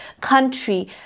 country